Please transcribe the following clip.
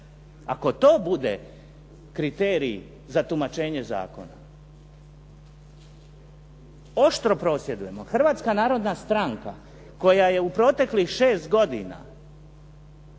ako to bude kriterij za tumačenje zakona. Oštro prosvjedujemo. Hrvatska narodna stranka koja je u proteklih šest godina